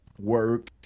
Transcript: work